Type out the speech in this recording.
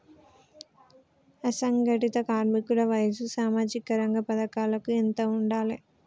అసంఘటిత కార్మికుల వయసు సామాజిక రంగ పథకాలకు ఎంత ఉండాలే?